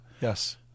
yes